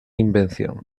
invención